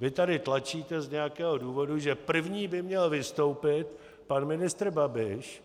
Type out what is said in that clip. Vy tady tlačíte z nějakého důvodu, že první by měl vystoupit pan ministr Babiš,